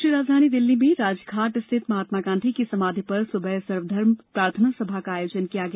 राष्ट्रीय राजधानी दिल्ली में राजघाट स्थित महात्मा गांधी की समाधी पर सुबह सर्वधर्म प्रार्थना सभा का आयोजन किया गया